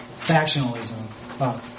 factionalism